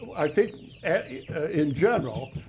i think in general,